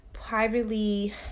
privately